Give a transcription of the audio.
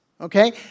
okay